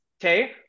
okay